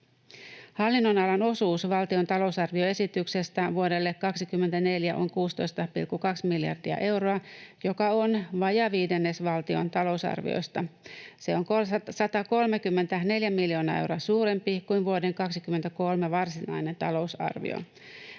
Hallinnonalan osuus valtion talousarvioesityksestä vuodelle 24 on 16,2 miljardia euroa, joka on vajaa viidennes valtion talousarviosta. Se on 134 miljoonaa euroa suurempi kuin vuoden 23 varsinainen talousarvio.